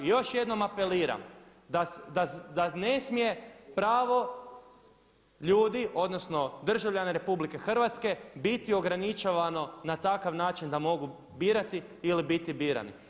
Još jednom apeliram da ne smije pravo ljudi odnosno državljana RH biti ograničavano na takav način da mogu birati ili biti birani.